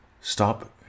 Stop